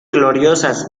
gloriosas